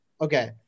Okay